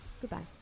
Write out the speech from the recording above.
Goodbye